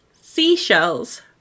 seashells